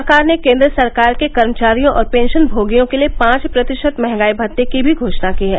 सरकार ने केन्द्र सरकार के कर्मचारियों और पेंशन भोगियों के लिए पांच प्रतिशत मंहगाई भत्ते की भी घोषणा की है